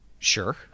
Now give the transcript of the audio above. Sure